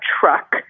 truck